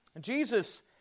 Jesus